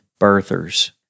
birthers